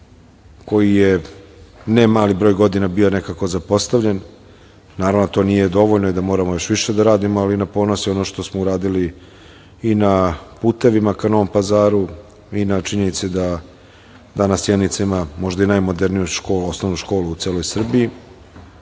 koji je, ne mali broj godina bio nekako zapostavljen naravno da to nije dovoljno i da moramo još više da radimo, ali na ponos i ono što smo uradili i na putevima ka Novom Pazaru i na činjenici da danas Sjenica ima možda i najmoderniju osnovnu školu u celoj Srbiji